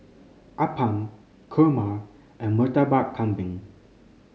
appam kurma and Murtabak Kambing